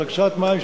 של הקצאת מים,